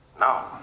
No